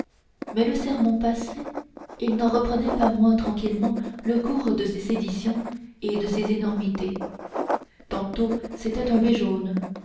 mais le sermon passé il n'en reprenait pas moins tranquillement le cours de ses séditions et de ses énormités tantôt c'était un béjaune